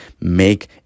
make